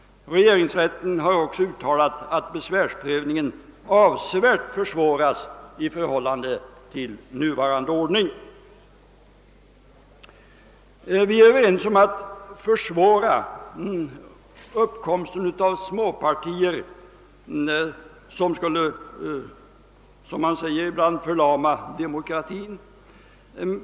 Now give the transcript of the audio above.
Regeringsrätten har också uttalat att besvärsprövningen avsevärt försvåras i förhållande till nuvarande ordning. Vi är överens om att vilja försvåra uppkomsten av småpartier, vilka skulle — som man ibland säger — förlama demokratin.